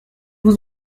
vous